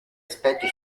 aspetti